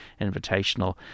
Invitational